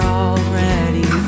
already